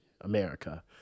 America